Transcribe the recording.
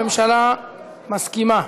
הממשלה מסכימה.